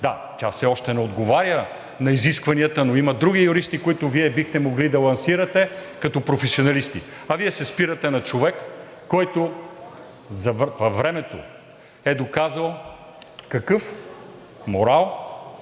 Да, тя все още не отговаря на изискванията, но има други юристи, които Вие бихте могли да лансирате като професионалисти, а Вие се спирате на човек, който във времето е доказал какъв морал,